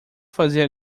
fazer